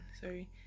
sorry